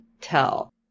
tell